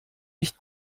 nicht